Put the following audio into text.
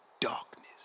darkness